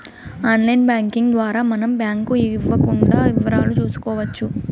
online banking ద్వారా మనం bank ఇవ్వకుండా వివరాలు చూసుకోవచ్చు